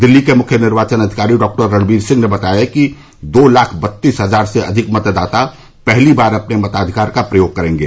दिल्ली के मुख्य निर्वाचन अधिकारी डाक्टर रणबीर सिंह ने बताया दो लाख बत्तीस हजार से अधिक मतदाता पहली बार अपने मताधिकार का प्रयोग करेंगे